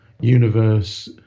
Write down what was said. Universe